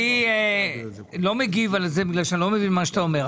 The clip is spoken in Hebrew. אני לא מגיב על זה בגלל שאני לא מבין מה שאתה אומר.